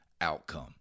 outcome